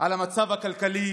על המצב הכלכלי